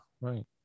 right